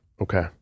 Okay